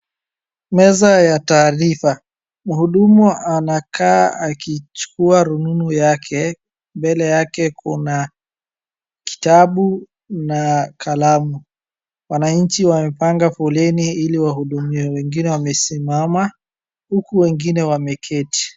meza ya taarifa ,mhudumu anakaa akichukua rununu yake mbele yake kuna kitabu na kalamu wanaanchi wamepanga foleni ili wahudumiwe wengine wamesimama huku wengine wameketi